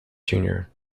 junior